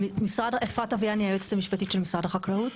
אפרת אביאני, היועצת המשפטית של משרד החקלאות.